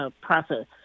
Process